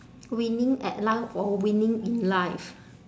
winning at life or winning in life